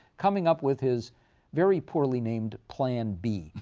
coming up with his very poorly named plan b,